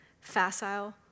facile